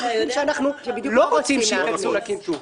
המקרים שאנחנו לא רוצים שייכנסו לקנטור.